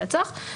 רצח,